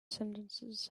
sentences